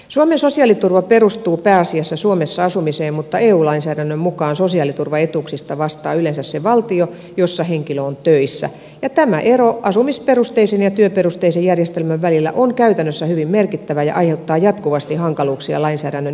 suomen sosiaaliturva perustuu pääasiassa suomessa asumiseen mutta eu lainsäädännön mukaan sosiaaliturvaetuuksista vastaa yleensä se valtio jossa henkilö on töissä ja tämä ero asumisperusteisen ja työperusteisen järjestelmän välillä on käytännössä hyvin merkittävä ja aiheuttaa jatkuvasti hankaluuksia lainsäädännön yhteensovittamisessa